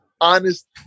honest